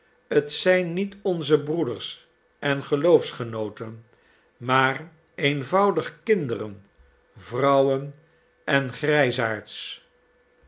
t zijn niet onze broeders en geloofsgenooten maar eenvoudig kinderen vrouwen en